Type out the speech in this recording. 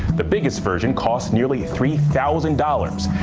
the biggest version costs nearly three thousand dollars.